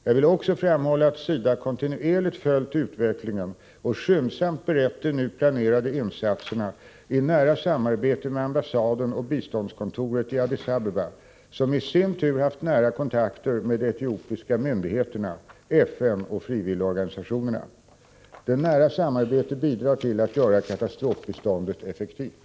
Jag vill också framhålla att SIDA kontinuerligt följt utvecklingen och skyndsamt berett de nu planerade insatserna i nära samarbete med ambassaden och biståndskontoret i Addis Abeba somi sin tur haft nära kontakter med de etiopiska myndigheterna, FN och frivilligorganisationerna. Det nära samarbetet bidrar till att göra katastrofbiståndet effektivt.